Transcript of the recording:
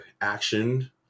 Action